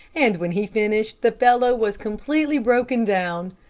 and when he finished, the fellow was completely broken down.